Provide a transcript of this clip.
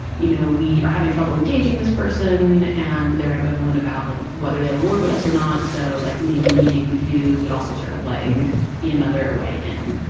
you know, we are having trouble engaging this person and they're ambivalent about like whether they would work with us or not. so like maybe meeting with you would also sort of like be another way in.